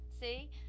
See